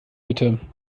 bitte